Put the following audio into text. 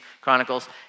Chronicles